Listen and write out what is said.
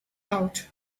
out